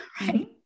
right